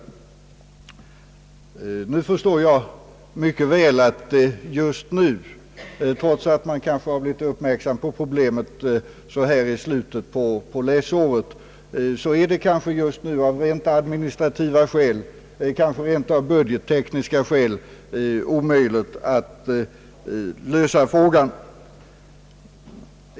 Jag förstår mycket väl att det just nu — trots att man måhända blivit uppmärksam på problemet så här i slutet av läsåret — av rent administrativa skäl, och kanske rentav budgettekniska skäl, inte har någon möjlighet att lösa frågan.